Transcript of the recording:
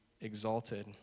exalted